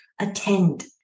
attend